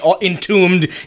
entombed